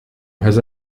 has